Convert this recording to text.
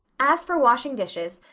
as for washing dishes,